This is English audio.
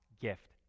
gift